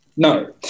No